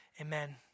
Amen